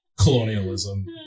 colonialism